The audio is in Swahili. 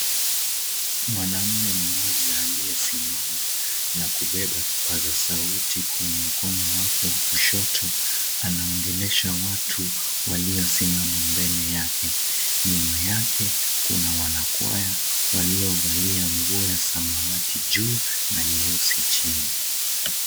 Mwanamme mmoja aliyesimama na kubeba kipaza sauti kwenye mkono wake wa kushoto, anaongelesha watu waliosimama mbele yake. Nyuma yake kuna wanakwaya waliovalia nguo ya samawati juu na nyeusi chini.